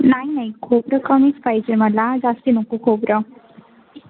नाही नाही खोबरं कमीच पाहिजे मला जास्ती नको खोबरं